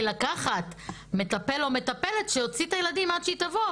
לקחת מטפל או מטפלת שיוציאו את הילדים עד שהיא תבוא,